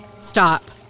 Stop